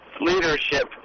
leadership